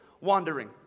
wandering